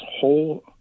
whole